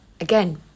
again